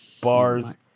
bars